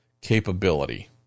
capability